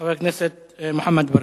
חבר הכנסת מוחמד ברכה.